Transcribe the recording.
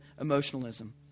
emotionalism